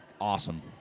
awesome